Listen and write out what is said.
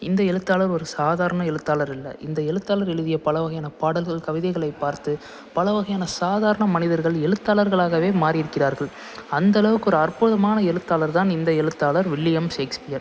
இந்த எழுத்தாளர் ஒரு சாதாரண எழுத்தாளர் இல்லை இந்த எழுத்தாளர் எழுதிய பல வகையான பாடல்கள் கவிதைகளை பார்த்து பல வகையான சாதாரண மனிதர்கள் எழுத்தாளர்களாகவே மாறி இருக்கிறார்கள் அந்தளவுக்கு ஒரு அற்புதமான எழுத்தாளர் தான் இந்த எழுத்தாளர் வில்லியம் ஷேக்ஸ்பியர்